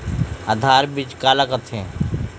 आधार बीज का ला कथें?